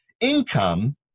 income